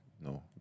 No